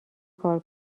کار